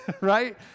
right